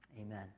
Amen